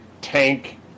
tank